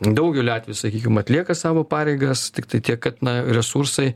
daugeliu atvejų sakykim atlieka savo pareigas tiktai tiek kad na resursai